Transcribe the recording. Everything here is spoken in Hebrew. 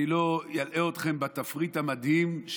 אני לא אלאה אתכם בתפריט המדהים,